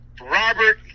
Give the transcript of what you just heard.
Robert